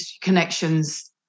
connections